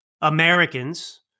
Americans